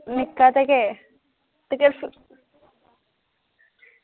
केह्दे ते तुस